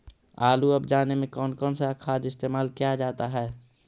आलू अब जाने में कौन कौन सा खाद इस्तेमाल क्या जाता है?